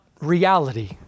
reality